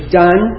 done